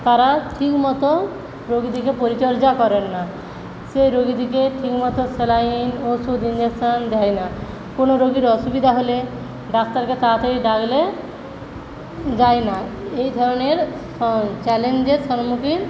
তারা ঠিকমতো রোগীটিকে পরিচর্যা করেন না সেই রোগীটিকে ঠিকমতো সেলাইন ওষুধ ইনজেকশন দেয় না কোনো রোগীর অসুবিধা হলে ডাক্তারকে তাড়াতাড়ি ডাকলে যায়না এই ধরনের চ্যালেঞ্জের সম্মুখীন